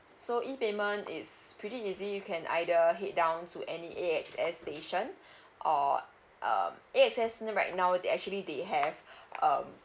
so e payment is pretty easy you can either head down to any A_X_S station or uh A_X_S right now they actually they have um